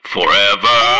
Forever